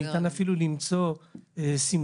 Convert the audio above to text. וניתן אפילו למצוא לכך סימוכין,